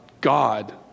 God